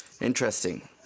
Interesting